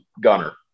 Gunner